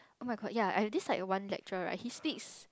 oh-my-god ya I have this like one lecturer right he speaks